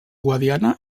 guadiana